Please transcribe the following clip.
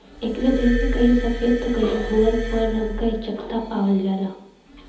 एकरे देह पे कहीं सफ़ेद त कहीं भूअर भूअर रंग क चकत्ता पावल जाला